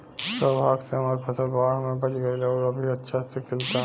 सौभाग्य से हमर फसल बाढ़ में बच गइल आउर अभी अच्छा से खिलता